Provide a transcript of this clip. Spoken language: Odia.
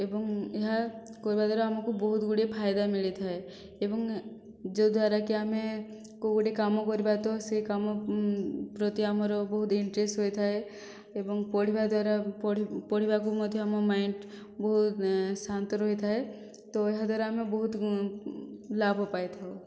ଏବଂ ଏହା କରିବା ଦ୍ୱାରା ଆମକୁ ବହୁତ ଗୁଡ଼ିଏ ଫାଇଦା ମିଳିଥାଏ ଏବଂ ଯଦ୍ୱାରାକି ଆମେ କେଉଁ ଗୋଟେ କାମ କରିବା ତ ସେଇ କାମ ପ୍ରତି ଆମର ବହୁତ ଇନ୍ଟରେଷ୍ଟ ହୋଇଥାଏ ଏବଂ ପଢ଼ିବା ଦ୍ୱାରା ପଢିବାକୁ ମଧ୍ୟ ଆମ ମାଇଣ୍ଡ ବହୁତ ଶାନ୍ତ ରହିଥାଏ ତ ଏହାଦ୍ୱାରା ଆମେ ବହୁତ ଲାଭ ପାଇଥାଉ